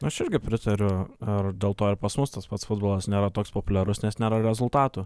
aš irgi pritariu ar dėl to ir pas mus tas pats futbolas nėra toks populiarus nes nėra rezultatų